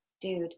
dude